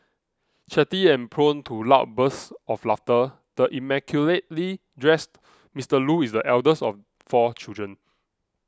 chatty and prone to loud bursts of laughter the immaculately dressed Mister Loo is the eldest of four children